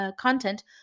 content